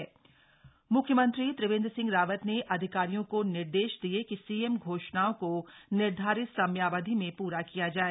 घोषणाओं की समीक्षा म्ख्यमंत्री त्रिवेंद्र सिंह रावत ने अधिकारियों को निर्देश दिये कि सीएम घोषणाओं को निर्धारित समयावधि में पूरा किया जाय